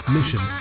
Mission